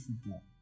football